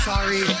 Sorry